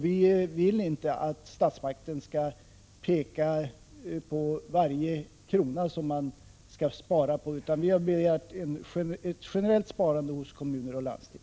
Vi vill inte att statsmakten skall peka ut varje krona som skall sparas, utan vi har föreslagit att man skall begära ett generellt sparande hos kommuner och landsting.